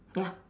ya